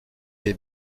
est